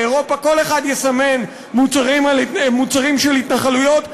באירופה כל אחד יסמן מוצרים של התנחלויות,